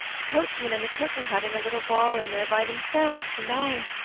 the coachman and the cook are having a little ball in there by themselves, and i